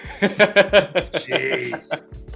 Jeez